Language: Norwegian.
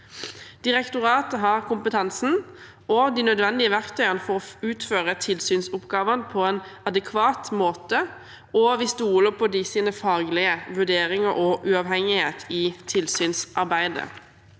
Direktoratet har kompetansen og de nødvendige verktøyene for å utføre tilsynsoppgavene på en adekvat måte, og vi stoler på deres faglige vurderinger og uavhengighet i tilsynsarbeidet.